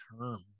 term